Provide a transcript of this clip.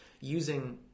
using